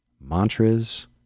mantras